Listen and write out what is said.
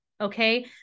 Okay